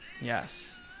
Yes